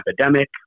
epidemic